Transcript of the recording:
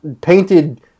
painted